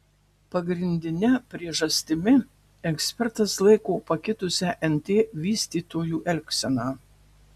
pagrindine priežastimi ekspertas laiko pakitusią nt vystytojų elgseną